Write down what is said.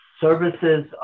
services